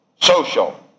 Social